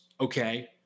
okay